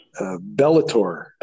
Bellator